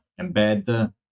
embed